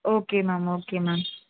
okay ma'am okay ma'am